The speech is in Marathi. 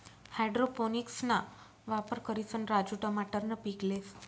हाइड्रोपोनिक्सना वापर करिसन राजू टमाटरनं पीक लेस